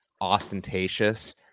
ostentatious